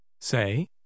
Say